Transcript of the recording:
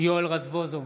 יואל רזבוזוב,